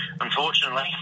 unfortunately